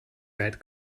weit